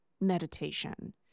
meditation